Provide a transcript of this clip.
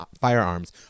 firearms